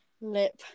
lip